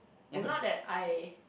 is not that I